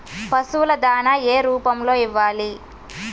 పశువుల దాణా ఏ రూపంలో ఇవ్వాలి?